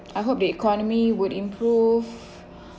I hope the economy would improve